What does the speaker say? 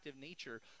nature